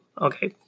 Okay